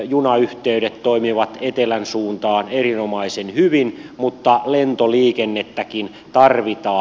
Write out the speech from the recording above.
junayhteydet toimivat etelän suuntaan erinomaisen hyvin mutta lentoliikennettäkin tarvitaan